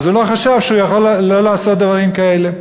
מורסי לא הבין שהוא לא יכול לעשות דברים כאלה.